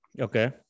Okay